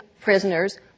prisoners